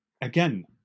again